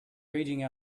raging